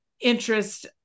interest